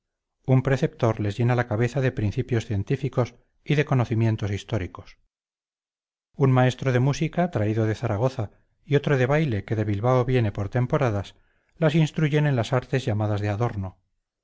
un preceptor les llena la cabeza de principios científicos y de conocimientos históricos un maestro de música traído de zaragoza y otro de baile que de bilbao viene por temporadas las instruyen en las artes llamadas de adorno